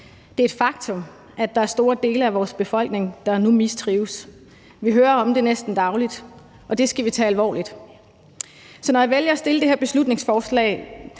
Det er et faktum, at der er store dele af vores befolkning, der nu mistrives. Vi hører om det næsten dagligt, og det skal vi tage alvorligt. Så når jeg vælger at fremsætte det her beslutningsforslag,